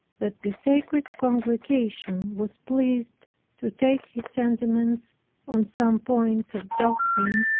that the sacred congregation was pleased to take his sentiments on some points of doctrine,